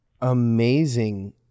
amazing